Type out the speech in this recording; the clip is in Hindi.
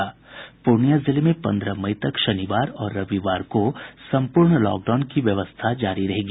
पूर्णिया जिले में पन्द्रह मई तक शनिवार और रविवार को सम्पूर्ण लॉकडाउन की व्यवस्था जारी रहेगी